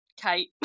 Kate